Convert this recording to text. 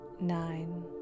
Nine